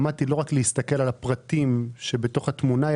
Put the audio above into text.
למדתי לא רק להסתכל על הפרטים שבתוך התמונה,